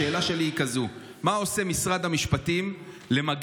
השאלה שלי היא כזאת: מה עושה משרד המשפטים למגר